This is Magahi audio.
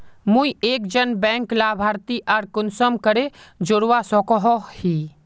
मुई एक जन बैंक लाभारती आर कुंसम करे जोड़वा सकोहो ही?